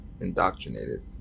indoctrinated